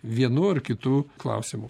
vienu ar kitu klausimu